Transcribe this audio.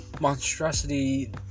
monstrosity